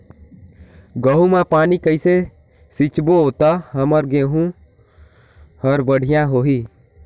गहूं म पानी कइसे सिंचबो ता हमर गहूं हर बढ़िया होही?